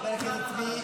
חבר הכנסת צבי